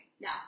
Now